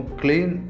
clean